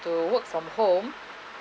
to work from home